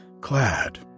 clad